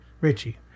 Richie